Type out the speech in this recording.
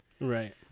right